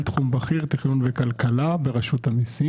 מבחינת אומדני עלות רק בשב"נ היום רכש התרופות הוא כ-600 מיליוני שקלים.